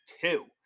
two